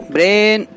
Brain